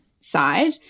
side